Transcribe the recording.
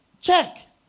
check